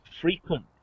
Frequent